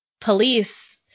police